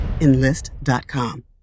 Enlist.com